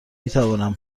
میتوانم